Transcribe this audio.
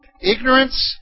Ignorance